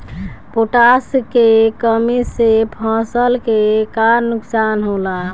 Potash के कमी से फसल के का नुकसान होला?